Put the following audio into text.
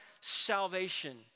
salvation